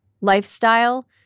lifestyle